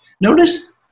Notice